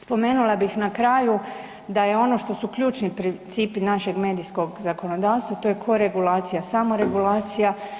Spomenula bih na kraju da je ono što su ključni principi našeg medijskog zakonodavstva, to je koregulacija, samoregulacija.